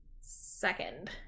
second